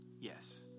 yes